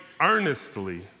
earnestly